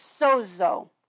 sozo